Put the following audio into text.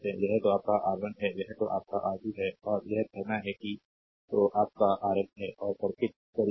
यह तो आप का R1 है यह तो आप का R2 है और यह कहना है कि तो आप का rn है और सर्किट करीब है